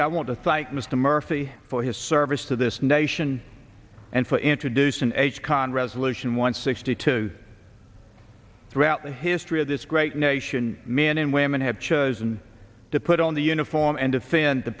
thank mr murphy for his service to this nation and for introducing h con resolution one sixty two throughout the history of this great nation men and women have chosen to put on the uniform and defend the